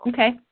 Okay